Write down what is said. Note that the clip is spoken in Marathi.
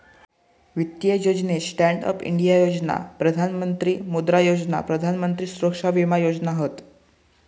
वित्तीय योजनेत स्टॅन्ड अप इंडिया योजना, प्रधान मंत्री मुद्रा योजना, प्रधान मंत्री सुरक्षा विमा योजना हत